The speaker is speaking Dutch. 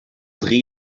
drie